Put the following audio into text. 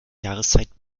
jahreszeit